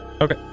Okay